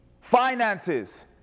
finances